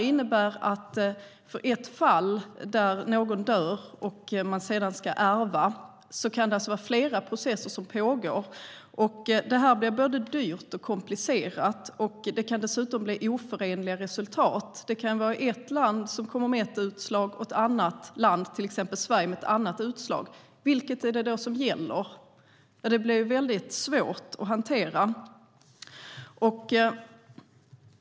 I ett fall där någon dör och någon sedan ska ärva kan det vara flera processer som pågår samtidigt, vilket blir både dyrt och komplicerat. Dessutom kan det bli oförenliga resultat. I ett land kan det bli ett utslag och i ett annat land - till exempel i Sverige - kan det bli ett annat utslag. Vilket är det då som gäller? Det blir väldigt svårt att hantera.